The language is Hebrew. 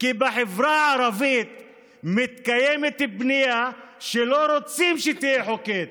כי בחברה הערבית מתקיימת בנייה שלא רוצים שתהיה חוקית.